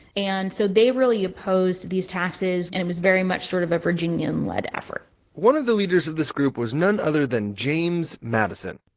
and so they really opposed these taxes. and it was very much sort of a virginian-led effort one of the leaders of this group was none other than james madison.